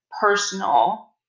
personal